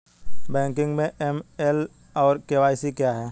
Banking में AML और KYC क्या हैं?